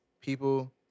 people